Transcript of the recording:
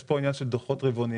יש כאן עניין של דוחות רבעוניים.